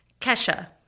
Kesha